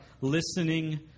listening